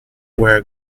where